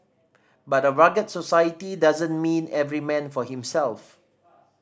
but a rugged society doesn't mean every man for himself